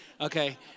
okay